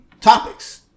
topics